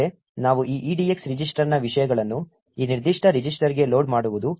ಮುಂದೆ ನಾವು ಈ EDX ರಿಜಿಸ್ಟರ್ನ ವಿಷಯಗಳನ್ನು ಈ ನಿರ್ದಿಷ್ಟ ರಿಜಿಸ್ಟರ್ಗೆ ಲೋಡ್ ಮಾಡುವುದು